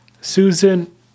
Susan